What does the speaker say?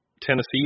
Tennessee